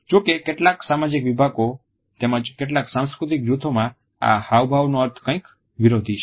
જો કે કેટલાક સામાજિક વિભાગો તેમજ કેટલાક સાંસ્કૃતિક જૂથોમાં આ હાવભાવનો અર્થ કંઈક વિરોધી છે